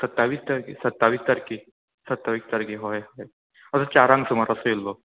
सत्तावीस तारके सत्तावीस तारके सत्तावीस तारकेक हय हय असो चारांक सुमार आशिल्लो